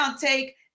take